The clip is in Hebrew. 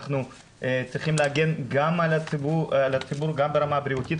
אנחנו צריכים להגן על הציבור גם ברמה הבריאותית,